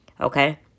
Okay